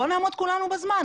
בואו נעמוד כולנו בזמן.